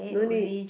no need